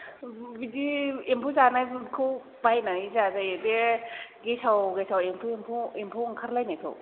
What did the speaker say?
बुहुददिन एम्फौ जानाय बुदखौ बायनानै जाजायो बे गेसाव गेसाव एम्फौ ओंखारलायनायखौ